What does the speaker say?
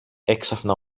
έξαφνα